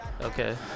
Okay